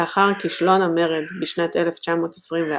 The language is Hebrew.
לאחר כישלון המרד, בשנת 1924,